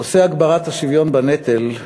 נושא הגברת השוויון בנטל,